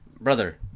Brother